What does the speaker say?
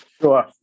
Sure